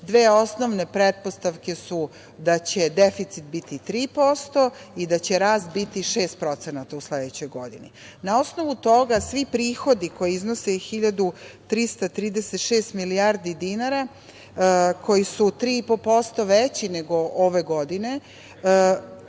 Dve osnovne pretpostavke su da će deficit biti 3% i da će rast biti 6% u sledećoj godini. Na osnovu toga svi prihodi, koji iznose 1.336 milijardi dinara, koji su 3,5% veći nego ove godine